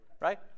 Right